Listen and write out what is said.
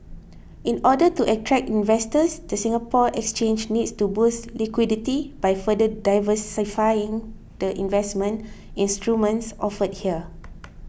in order to attract investors the Singapore Exchange needs to boost liquidity by further diversifying the investment instruments offered here